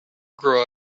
grow